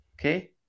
Okay